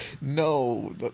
No